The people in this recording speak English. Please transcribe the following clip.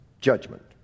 Judgment